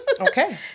okay